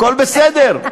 הכול בסדר.